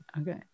Okay